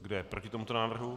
Kdo je proti tomuto návrhu?